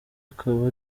akaba